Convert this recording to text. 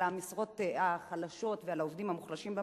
המשרות החלשות ועל העובדים המוחלשים במשק,